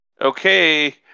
okay